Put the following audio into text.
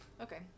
Okay